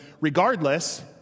regardless